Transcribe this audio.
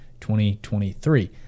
2023